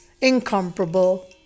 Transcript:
incomparable